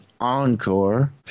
Encore